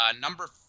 Number